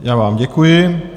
Já vám děkuji.